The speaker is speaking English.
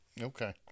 Okay